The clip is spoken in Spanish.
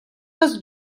los